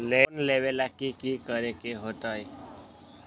Loan लेबे ला की कि करे के होतई?